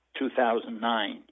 2009